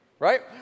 right